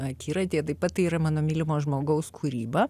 akiratyje taip pat yra mano mylimo žmogaus kūryba